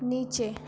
نیچے